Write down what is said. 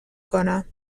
کنم